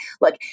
look